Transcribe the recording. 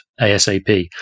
ASAP